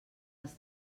els